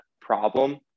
problem